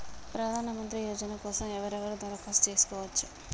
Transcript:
ప్రధానమంత్రి యోజన కోసం ఎవరెవరు దరఖాస్తు చేసుకోవచ్చు?